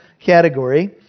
category